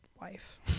wife